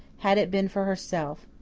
had it been for herself.